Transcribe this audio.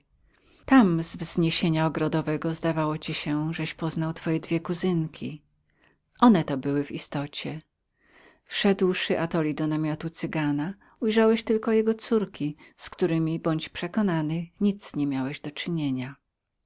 tam z wzniesienia ogrodowego zdawało ci się żeś poznał twoje dwie kuzynki one to były w istocie wszedłszy atoli do namiotu cygana ujrzałeś tylko jego córki z któremi bądź przekonanym że nic niemiałeś do czynienia